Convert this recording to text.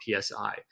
PSI